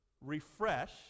refresh